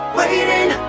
waiting